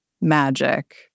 magic